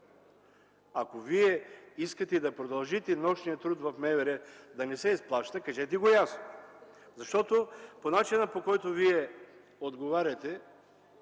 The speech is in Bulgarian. Ако вие искате да продължи нощният труд в МВР да не се изплаща, кажете го ясно. По начина, по който отговаряте,